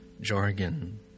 jargon